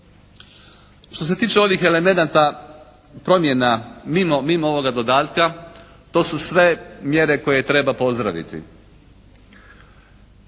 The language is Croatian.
Što se tiče onih elemenata promjena mimo ovoga dodatka, to su sve mjere koje treba pozdraviti.